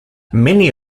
many